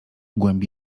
głębi